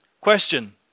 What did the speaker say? Question